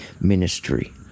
ministry